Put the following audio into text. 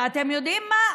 ואתם יודעים מה?